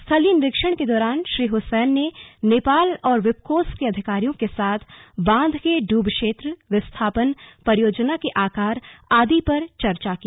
स्थलीय निरीक्षण के दौरान श्री हुसैन ने नेपाल और विप्कोस के अधिकारियों के साथ बांध के डूब क्षेत्र विस्थापन परियोजना के आकार आदि पर चर्चा की